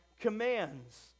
commands